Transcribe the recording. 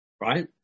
right